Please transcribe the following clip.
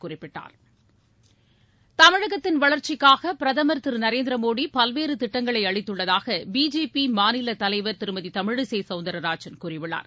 தமிழகத்தின் வளர்ச்சிக்காக பிரதமர் திரு நரேந்திர மோடி பல்வேறு திட்டங்களை அளித்துள்ளதாக பிஜேபி மாநில தலைவர் திருமதி தமிழிசை சவுந்தரராஜன் கூறியுள்ளார்